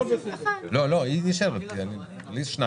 הוא מורכב משני היטלים לפי סוגי מודלים שונים